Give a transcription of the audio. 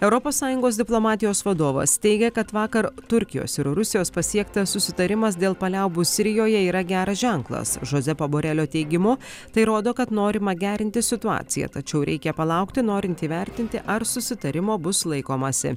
europos sąjungos diplomatijos vadovas teigia kad vakar turkijos ir rusijos pasiektas susitarimas dėl paliaubų sirijoje yra geras ženklas žozė paborelio teigimu tai rodo kad norima gerinti situaciją tačiau reikia palaukti norint įvertinti ar susitarimo bus laikomasi